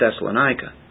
Thessalonica